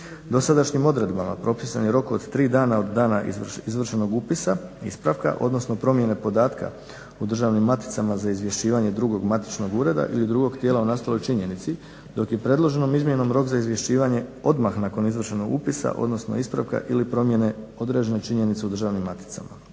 Dosadašnjim odredbama propisan je rok od 3 dana od dana izvršenog upisa ispravka, odnosno promjene podatka u državnim maticama za izvješćivanje drugog matičnog ureda ili drugog tijela o nastaloj činjenici dok je predloženom izmjenom rok za izvješćivanje odmah nakon izvršenog upisa, odnosno ispravka ili promjene određene činjenice u državnim maticama.